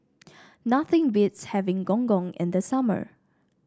nothing beats having Gong Gong in the summer